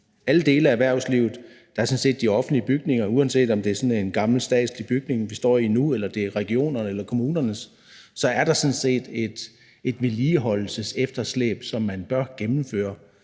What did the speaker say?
alle dele af erhvervslivet. Der er sådan set også de offentlige bygninger, og uanset om det er sådan en gammel statslig bygning, vi står i nu, eller det er regionernes og kommunernes bygninger, så er der sådan set et vedligeholdelsesefterslæb, som man bør indhente